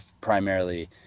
primarily